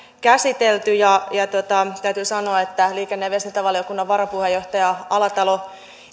käsitelty ja ja täytyy sanoa että liikenne ja viestintävaliokunnan varapuheenjohtaja alatalo